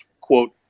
quote